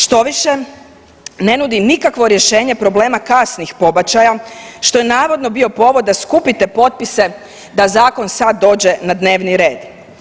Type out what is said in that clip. Štoviše, ne nudi nikakvo rješenje problema kasnih pobačaja, što je navodno bio povod da skupite potpise da zakon sad dođe na dnevni red.